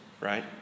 right